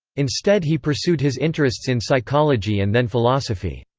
instead he pursued his interests in psychology and then philosophy.